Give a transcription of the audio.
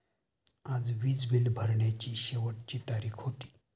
आज वीज बिल भरण्याची शेवटची तारीख होती